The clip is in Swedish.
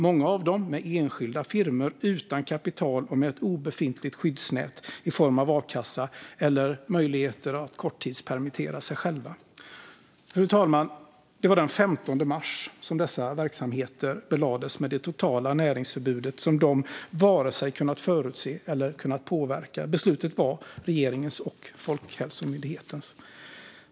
Många av dem har enskilda firmor utan kapital, och de har ett obefintligt skyddsnät i form av a-kassa eller möjligheter att korttidspermittera sig själva. Fru talman! Det var den 15 mars som dessa verksamheter belades med det totala näringsförbud som de varken kunnat förutse eller kunnat påverka. Beslutet var regeringens och Folkhälsomyndighetens.